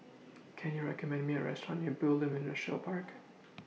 Can YOU recommend Me A Restaurant near Bulim Industrial Park